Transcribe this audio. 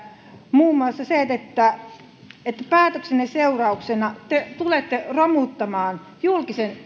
muun muassa siitä että päätöksenne seurauksena te tulette romuttamaan julkisen